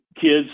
kids